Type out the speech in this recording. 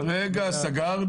אומרים לו: רגע סגרנו,